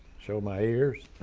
show my ears.